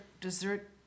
dessert